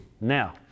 Now